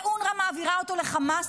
ואונר"א מעבירה אותו לחמאס,